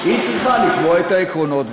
היא צריכה לקבוע את העקרונות.